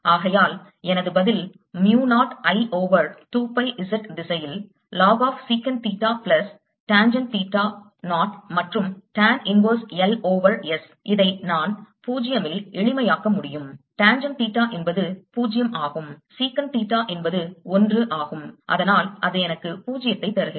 ஆகையால் எனது பதில் mu 0 I over 2 pi Z திசையில் log of sec theta plus tangent theta 0 மற்றும் tan inverse L over S இதை நான் 0 ல் எளிமையாக்க முடியும் டேன்ஜென்ட் தீட்டா என்பது 0 ஆகும் sec தீட்டா என்பது 1 ஆகும் அதனால் அது எனக்கு 0 ஐ தருகிறது